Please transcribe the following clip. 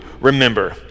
remember